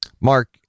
Mark